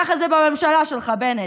ככה זה בממשלה שלך, בנט.